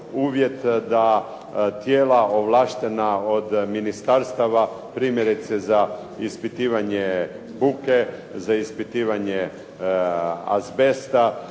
uvjet da tijela ovlaštena od ministarstava primjerice za ispitivanje buke, za ispitivanje azbesta,